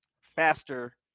faster